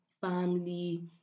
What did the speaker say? family